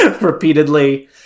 repeatedly